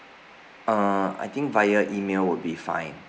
err I think via email would be fine